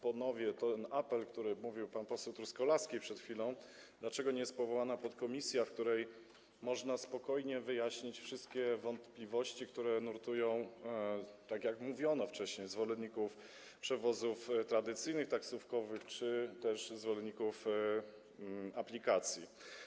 Ponowię ten apel, o którym mówił przed chwilą pan poseł Truskolaski: Dlaczego nie jest powołana podkomisja, w której można spokojnie wyjaśnić wszystkie wątpliwości, które nurtują, tak jak mówiono wcześniej, zwolenników przewozów tradycyjnych, taksówkowych, czy też zwolenników aplikacji?